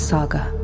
Saga